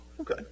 Okay